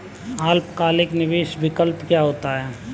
अल्पकालिक निवेश विकल्प क्या होता है?